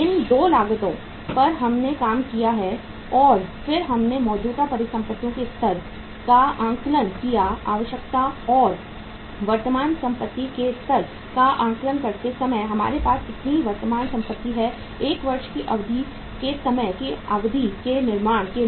इन 2 लागतों पर हमने काम किया और फिर हमने मौजूदा परिसंपत्तियों के स्तर का आकलन किया आवश्यकता और वर्तमान संपत्ति के स्तर का आकलन करते समय हमारे पास कितनी वर्तमान संपत्ति है 1 वर्ष की अवधि में समय की अवधि के निर्माण के लिए